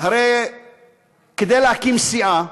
הרי כדי להקים סיעה,